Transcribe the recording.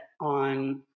on